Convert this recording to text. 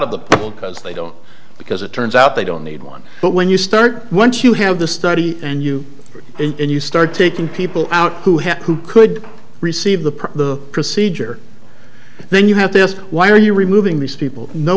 of the people because they don't because it turns out they don't need one but when you start once you have the study and you and you start taking people out who have who could receive the procedure then you have to ask why are you removing these people no